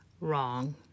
Wrong